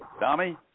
Tommy